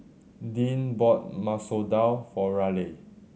Deane bought Masoor Dal for Raleigh